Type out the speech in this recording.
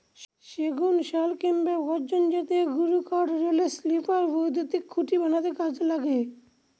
সেগুন, শাল কিংবা গর্জন জাতীয় গুরুকাঠ রেলের স্লিপার, বৈদ্যুতিন খুঁটি বানাতে লাগে